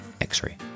X-Ray